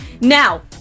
Now